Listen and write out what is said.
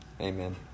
amen